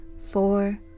four